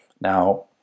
Now